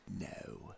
No